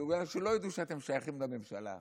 בגלל שלא ידעו שאתם שייכים לממשלה הזאת.